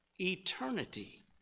Eternity